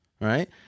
right